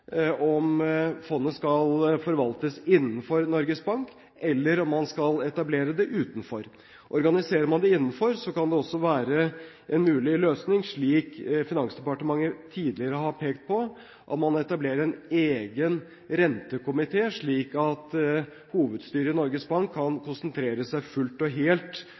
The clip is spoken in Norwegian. om fondet skal forvaltes innenfor Norges Bank eller om man skal etablere det utenfor. Organiserer man det innenfor, kan det også være en mulig løsning – slik Finansdepartementet tidligere har pekt på – at man etablerer en egen rentekomité, slik at hovedstyret i Norges Bank kan konsentrere seg fullt og helt